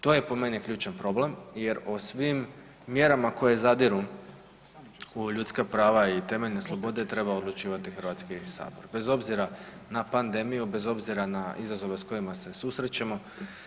To je po meni ključan problem jer o svim mjerama koje zadiru u ljudska prava i temeljne slobode treba odlučivati HS bez obzira na pandemiju, bez obzira na izazove s kojima se susrećemo.